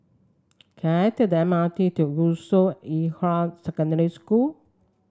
can I take the M R T to Yusof Ishak Secondary School